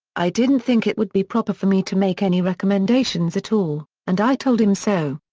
i didn't think it would be proper for me to make any recommendations at all, and i told him so.